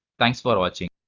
thanks for watching.